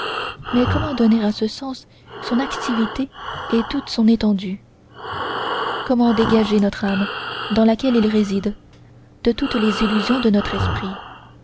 mais comment donner à ce sens son activité et toute son étendue comment dégager notre âme dans laquelle il réside de toutes les illusions de notre esprit